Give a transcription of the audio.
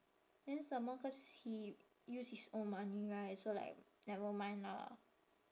then some more cause he use his own money right so like never mind lah